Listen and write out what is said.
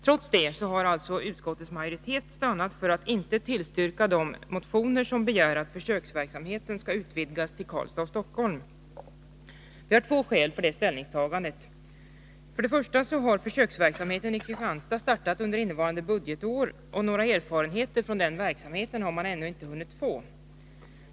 Trots detta har utskottsmajoriteten stannat för att inte tillstyrka de motioner som begär att försöksverksamheten skall utvidgas till Karlstad och Stockholm. Vi har två skäl för detta ställningstagande. För det första har försöksverksamheten i Kristianstad startat under innevarande budgetår, och några erfarenheter från den har man ännu inte hunnit få.